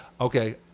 okay